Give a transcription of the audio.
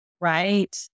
right